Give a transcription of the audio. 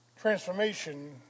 Transformation